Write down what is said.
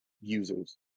users